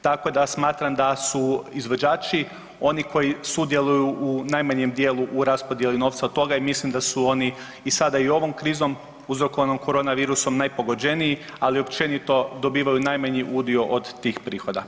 Tako da smatram da su izvođači oni koji sudjeluju u najmanjem dijelu u raspodjeli novca od toga i mislim da su oni i sada i ovom krizom uzrokovanom korona virusom najpogođeniji, ali i općenito dobivaju najmanji udio od tih prihoda.